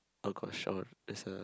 oh gosh or it's a